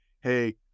Hey